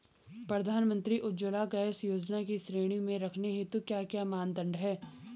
प्रधानमंत्री उज्जवला गैस योजना की श्रेणी में रखने हेतु क्या क्या मानदंड है?